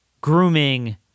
grooming